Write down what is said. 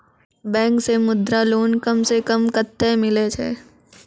Bank से Mudra loan कम सऽ कम कतैय मिलैय छै?